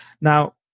Now